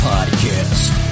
Podcast